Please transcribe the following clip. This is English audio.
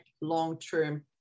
long-term